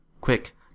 Quick